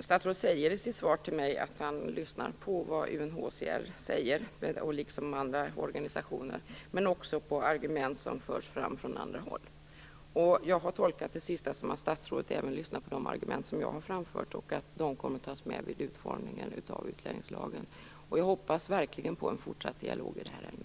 Statsrådet säger i sitt svar till mig att han lyssnar på vad UNHCR säger liksom till de andra organisationerna och även på argument som förs fram från andra håll. Jag har tolkat det sista så, att statsrådet även lyssnar på de argument som jag har framfört och att de kommer att beaktas vid utformningen av utlänningslagen. Jag hoppas verkligen på en fortsatt dialog i det här ärendet.